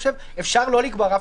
אפשר לא לקבוע רף,